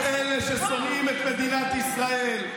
את אלה ששונאים את מדינת ישראל,